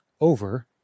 over